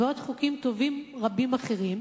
ועוד חוקים טובים רבים אחרים,